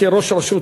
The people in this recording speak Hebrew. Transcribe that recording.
כראש רשות,